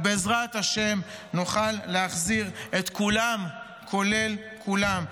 ובעזרת השם נוכל להחזיר את כולם כולל כולם.